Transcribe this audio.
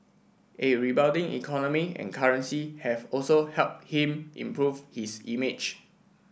a rebounding economy and currency have also helped him improve his image